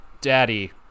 Daddy